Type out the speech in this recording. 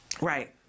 right